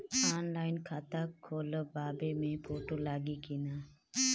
Online खाता खोलबाबे मे फोटो लागि कि ना?